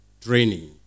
training